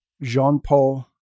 Jean-Paul